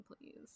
please